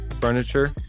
furniture